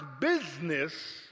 business